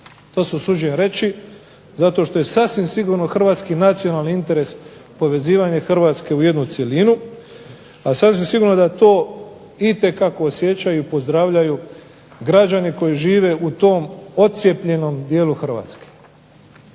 To se usuđujem reći zato što je sasvim sigurno hrvatski nacionalni interes povezivanje Hrvatske u jednu cjelinu, a sasvim sigurno da to itekako osjećaju i pozdravljaju građani koji žive u tom odcijepljenom dijelu Hrvatske.